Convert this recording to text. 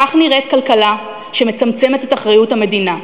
כך נראית כלכלה שמצמצמת את אחריות המדינה.